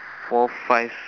four five